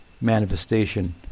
manifestation